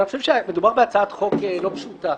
אני חושב שמדובר בהצעת חוק לא פשוטה,